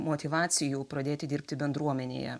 motyvacijų pradėti dirbti bendruomenėje